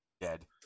dead